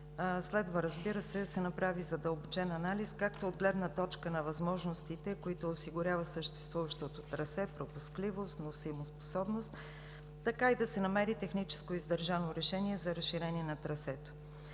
следва, разбира се, да се направи задълбочен анализ както от гледна точка на възможностите, които осигурява съществуващото трасе – пропускливост, носимоспособност, така и да се намери техническо издържано решение за разширение на трасето.